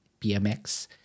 BMX